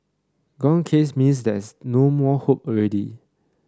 gone case means there's no more hope already